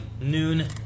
noon